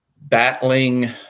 battling